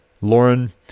Lauren